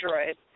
android